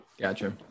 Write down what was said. Gotcha